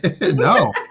no